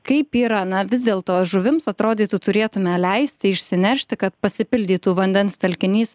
kaip yra na vis dėl to žuvims atrodytų turėtume leisti išsinešti kad pasipildytų vandens telkinys